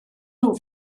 nhw